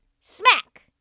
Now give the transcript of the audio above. smack